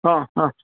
ആ അ